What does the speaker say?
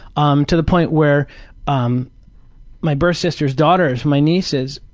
um to the point where um my birth sister's daughters, my nieces,